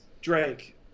Drake